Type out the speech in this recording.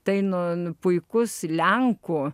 tai nu puikus lenkų